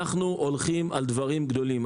אנחנו הולכים על דברים גדולים.